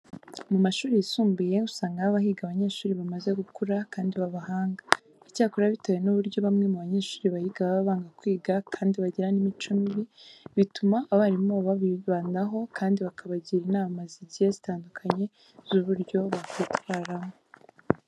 Mu mashuri yisumbuye usanga haba higa abanyeshuri bamaze gukura kandi b'abahanga. Icyakora bitewe n'uburyo bamwe mu banyeshuri bahiga baba banga kwiga kandi bagira n'imico mibi, bituma abarimu babo babibandaho kandi bakabagira inama zigiye zitandukanye z'uburyo bakwitwaramo.